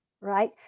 right